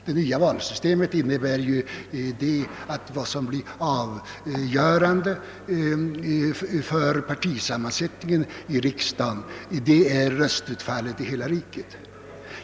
Det nya valsystemet innebär att röstutfallet i hela riket blir avgörande för partisammansättningen i riksdagen.